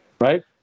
Right